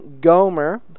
Gomer